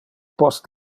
post